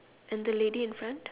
and the lady in front